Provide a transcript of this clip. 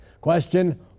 Question